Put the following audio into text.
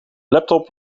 laptop